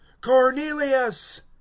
cornelius